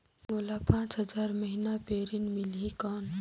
मोला पांच हजार महीना पे ऋण मिलही कौन?